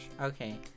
okay